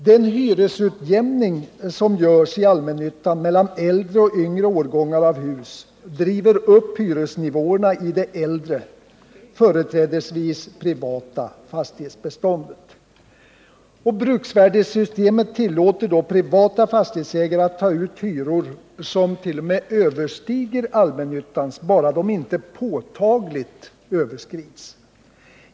Den hyresutjämning som görs i allmännyttan mellan äldre och yngre årgångar av hus driver upp hyresnivåerna i det äldre, företrädesvis privata, fastighetsbeståndet. Och bruksvärdessystemet tillåter då privata fastighetsägare att ta ut hyror som t.o.m. överstiger allmännyttans, bara dessa inte påtagligt överskrids.